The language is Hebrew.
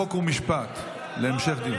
שתקבע ועדת הכנסת נתקבלה.